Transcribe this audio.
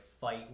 fight